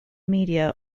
media